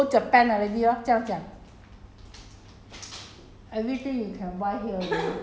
ya then don't need to go thailand already don't need to go don't need to go japan already lor 这样讲